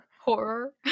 horror